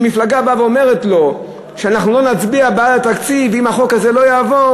אם מפלגה באה ואומרת לו שהיא לא תצביע בעד התקציב אם החוק הזה לא יעבור,